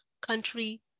country